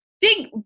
dig